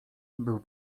był